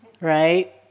Right